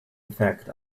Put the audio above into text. effect